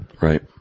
right